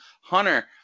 Hunter